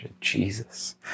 Jesus